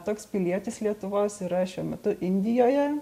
toks pilietis lietuvos yra šiuo metu indijoje